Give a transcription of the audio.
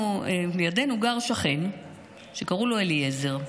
לידנו גר שכן שקראו לו אליעזר,